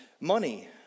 money